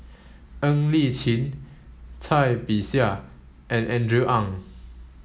Ng Li Chin Cai Bixia and Andrew Ang